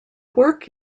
work